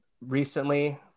recently